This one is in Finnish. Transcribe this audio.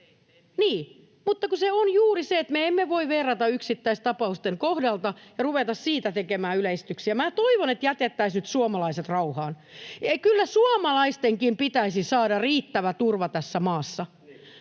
Mutta kun se on juuri niin, että me emme voi verrata yksittäista-pausten kohdalla ja ruveta niistä tekemään yleistyksiä. — Toivon, että jätettäisiin nyt suomalaiset rauhaan. Kyllä suomalaistenkin pitäisi saada riittävä turva tässä maassa.